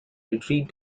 retreat